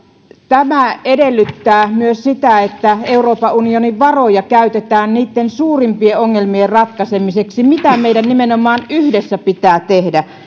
tämä edellyttää myös sitä että euroopan unionin varoja käytetään niiden suurimpien ongelmien ratkaisemiseksi mitä meidän nimenomaan yhdessä pitää tehdä